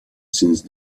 since